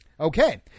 Okay